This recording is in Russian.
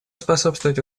способствовать